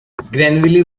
grenville